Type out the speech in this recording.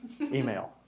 email